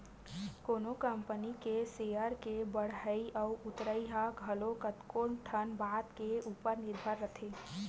कोनो कंपनी के सेयर के बड़हई अउ उतरई ह घलो कतको ठन बात के ऊपर निरभर रहिथे